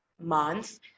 month